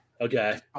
Okay